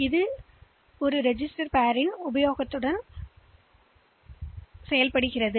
எனவே அவர்கள் ரெஜிஸ்டர்ரெஜிஸ்டர்பேர்யுடன் மட்டுமே வேலை செய்கிறார்கள்